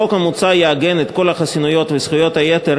החוק המוצע יעגן את כל החסינויות וזכויות היתר